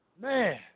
man